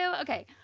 Okay